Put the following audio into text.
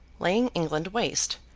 laying england waste,